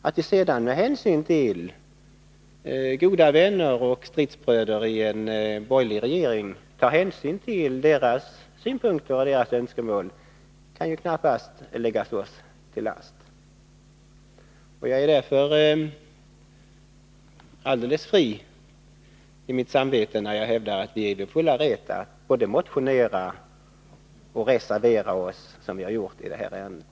Att vi sedan också tar hänsyn till de synpunkter och önskemål som framförs av goda vänner och stridsbröder i en borgerlig regering kan ju knappast läggas oss till last. Jag är därför alldeles ren i mitt samvete när jag hävdar att vi är i vår fulla rätt både att motionera och att reservera oss, som vi har gjort i det här ärendet.